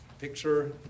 picture